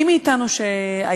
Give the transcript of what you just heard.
מי מאתנו שהיה,